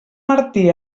martí